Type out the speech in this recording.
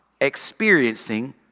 experiencing